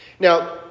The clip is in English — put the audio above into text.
Now